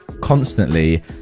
constantly